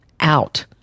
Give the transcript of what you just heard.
Out